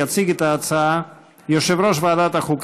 יציג את ההצעה יושב-ראש ועדת החוקה,